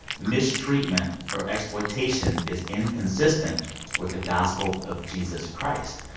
mistreatment or exploitation is inconsistent with the gospel of jesus christ.